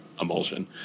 emulsion